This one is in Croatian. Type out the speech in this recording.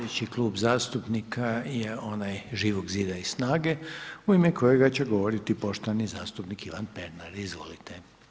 Slijedeći Klub zastupnika je onaj Živog zida i SNAGE u ime kojega će govoriti poštovani zastupnik Ivan Pernar, izvolite.